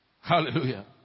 Hallelujah